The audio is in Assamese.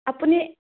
আপুনি